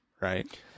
right